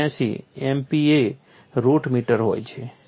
79 MPa root metre હોય છે